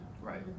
Right